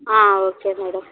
okay madam